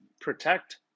Protect